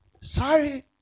Sorry